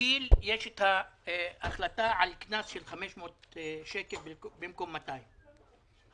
במקביל יש החלטה על קנס של 500 שקל במקום 200 שקל.